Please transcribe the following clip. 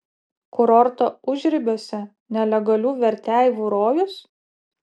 kurorto užribiuose nelegalių verteivų rojus